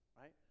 right